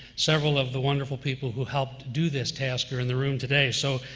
several of the wonderful people who helped do this task are in the room today. so,